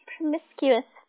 promiscuous